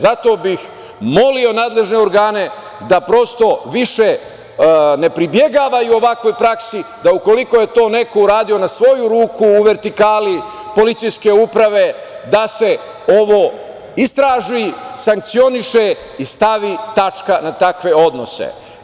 Zato bih molio nadležne organe da prosto više ne pribegavaju ovakvoj praksi, da ukoliko je to neko uradio na svoju ruku u vertikali policijske uprave, da se ovo istraži, sankcioniše i stavi tačka na takve odnose.